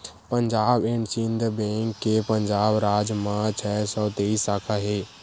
Punjab and Sindh Bank के पंजाब राज म छै सौ तेइस साखा हे